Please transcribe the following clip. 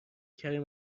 کریم